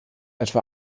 etwa